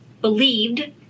believed